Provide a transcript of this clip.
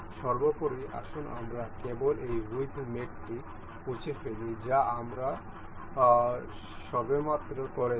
সর্বোপরি আসুন আমরা কেবল এই উইড্থ মেটটি মুছে ফেলি যা আমরা সবেমাত্র করেছি